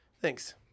Thanks